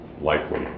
likely